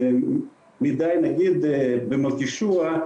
נגיד במלכישוע,